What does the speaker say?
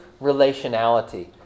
relationality